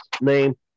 name